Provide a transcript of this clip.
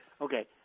Okay